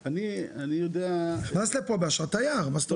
נכנס לפה באשרת תייר.